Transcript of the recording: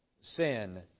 Sin